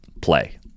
play